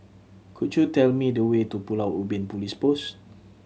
could you tell me the way to Pulau Ubin Police Post